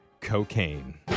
cocaine